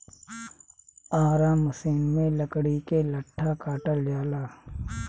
आरा मसिन में लकड़ी के लट्ठा काटल जाला